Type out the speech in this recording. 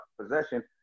possession